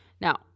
Now